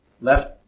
left